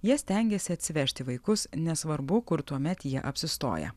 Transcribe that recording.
jie stengiasi atsivežti vaikus nesvarbu kur tuomet jie apsistoja